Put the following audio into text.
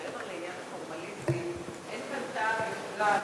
אם מעבר לעניין הפורמלי אין כאן טעם לפגם,